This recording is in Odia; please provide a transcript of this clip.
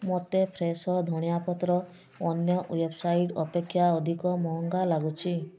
ମୋତେ ଫ୍ରେଶୋ ଧଣିଆ ପତ୍ର ଅନ୍ୟ ୱେବ୍ସାଇଟ୍ ଅପେକ୍ଷା ଅଧିକ ମହଙ୍ଗା ଲାଗୁଛି